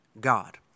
God